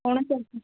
କ'ଣ